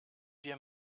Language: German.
wir